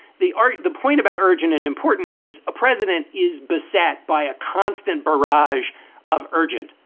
the army, the point about urgent and important is a president is beset by a constant barrage of urgent.